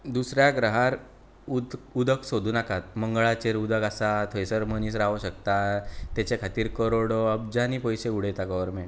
दुसऱ्या ग्रहार उदक सोदूं नाकात मंगळाचेर उदक आसा थंयसर मनीस रावूं शकता तेचे खातीर करोडो अबज्यांनी पयसो उडयता गव्हरमेंट